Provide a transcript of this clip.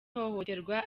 ihohoterwa